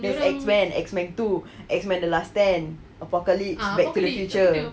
X-men X-men two X-men the last stand apocalypse back to the future